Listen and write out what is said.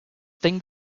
thing